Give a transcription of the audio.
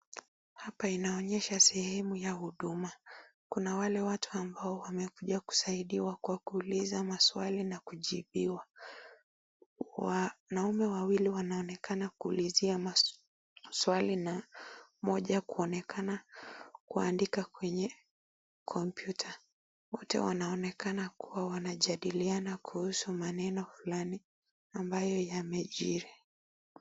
Hapa inaonyesha sehemu ya huduma, kuna wale watu ambao wamekuja kusaidiwa kwa kuuliza maswali na kujibiwa , wanaume wawili wanaonekana kuulizia maswali na mmoja kuonekana kuandika kwenye (cs) computer (cs) wote wanaonekana kuwa wanajadiliana kuhusu maneno fulani ambayo yamejiri.